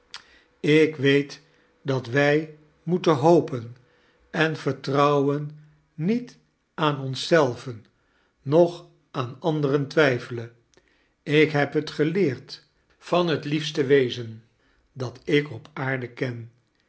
ik weet dat wij moetea hopen en vertrouwen niet aan ons zielven noch aan anderen twijfelen ik heb het geleerd van het liefste wezen dat ik op aarde ken